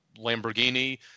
Lamborghini